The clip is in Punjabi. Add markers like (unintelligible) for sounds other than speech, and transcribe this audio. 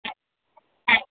(unintelligible)